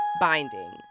binding